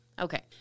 Okay